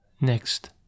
Next